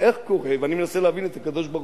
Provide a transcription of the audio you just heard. איך קורה, ואני מנסה להבין את הקדוש-ברוך-הוא,